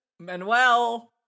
Manuel